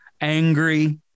angry